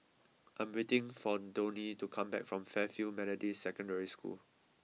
I am waiting for Donie to come back from Fairfield Methodist Secondary School